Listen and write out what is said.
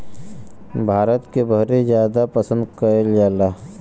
भारत के बहरे जादा पसंद कएल जाला